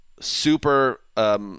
super –